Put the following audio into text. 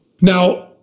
Now